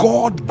God